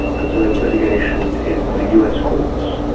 and so there was litigation in the us courts,